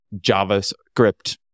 JavaScript